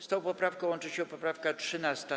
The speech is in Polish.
Z tą poprawką łączy się poprawka 13.